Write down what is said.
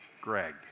Greg